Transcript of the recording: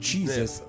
Jesus